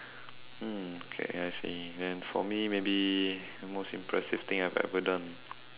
mm okay I see then for me maybe most impressive thing I have ever done